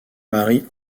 marie